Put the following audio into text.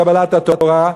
קבלת התורה,